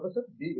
professor B